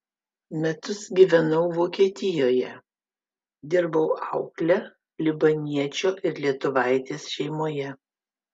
metus gyvenau vokietijoje dirbau aukle libaniečio ir lietuvaitės šeimoje